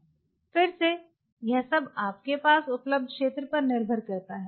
फिर से यह सब आपके पास उपलब्ध क्षेत्र पर निर्भर हैं